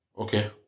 okay